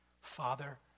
Father